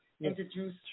introduce